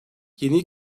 yeni